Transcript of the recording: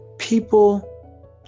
People